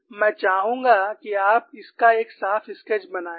और मैं चाहूंगा कि आप इस का एक साफ स्केच बनाएं